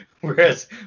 whereas